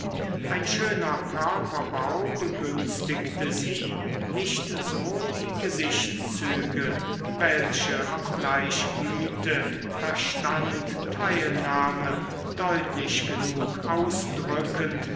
ein schöner körperbau begünstigte sie nicht so die gesichtszüge welche obgleich güte verstand teilnahme deutlich genug ausdrückend